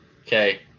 okay